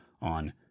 on